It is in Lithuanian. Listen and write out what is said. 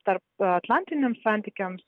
tarp atlantiniams santykiams